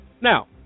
now